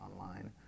online